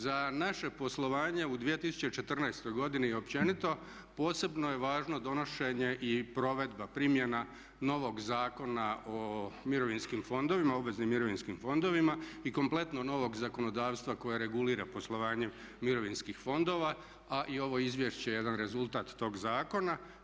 Za naše poslovanje u 2014. godini općenito posebno je važno donošenje i provedba, primjena novog Zakona o mirovinskim fondovima, obveznim mirovinskim fondovima i kompletnog novog zakonodavstva koje regulira poslovanje mirovinskih fondova, aA i ovo izvješće je jedan rezultat tog zakona.